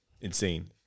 insane